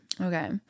okay